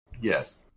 Yes